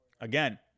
again